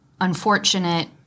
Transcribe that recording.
unfortunate